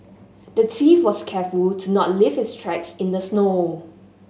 the thief was careful to not leave his tracks in the snow